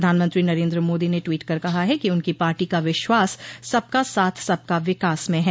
प्रधानमंत्री नरेन्द्र मोदी ने टवीट कर कहा है कि उनकी पार्टी का विश्वास सबका साथ सबका विकास में है